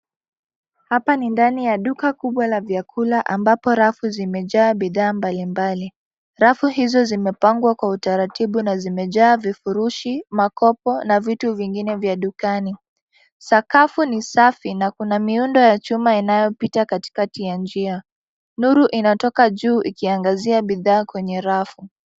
Hapa ni ndani ya duka kubwa la vyakula ambapo rafu zimejaa bidhaa mbalimbali. Rafu hizo zimepangwa kwa utaratibu na zimejaa vifurushi, makopo na vitu vingine vya dukani. Sakafu ni safi na kuna miundo ya chuma inayopita katika ya njia. Nuru inatoka juu ikiangazia bidhaa kwenye rafu.